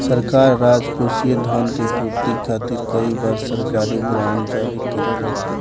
सरकार राजकोषीय धन के पूर्ति खातिर कई बार सरकारी बॉन्ड जारी करेला